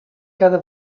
cada